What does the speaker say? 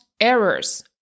errors